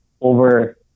over